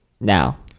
now